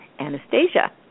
Anastasia